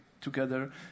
together